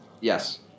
Yes